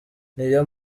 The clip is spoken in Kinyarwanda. niyo